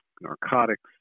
narcotics